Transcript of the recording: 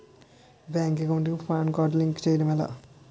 Bank account కి PAN card link చేయడం ఎలా?